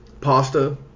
pasta